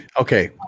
Okay